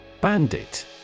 Bandit